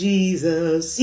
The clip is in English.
Jesus